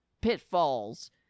pitfalls